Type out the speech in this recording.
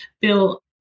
Bill